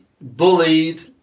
bullied